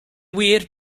wir